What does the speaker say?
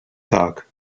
tag